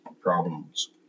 problems